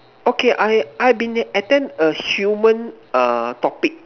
okay I I been attend a human uh topic